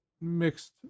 mixed